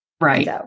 Right